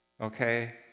Okay